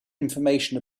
information